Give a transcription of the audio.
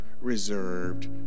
reserved